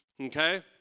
okay